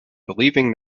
believing